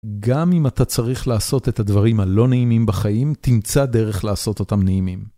גם אם אתה צריך לעשות את הדברים הלא נעימים בחיים, תמצא דרך לעשות אותם נעימים.